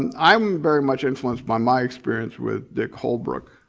and i'm very much influenced by my experience with dick holbrooke,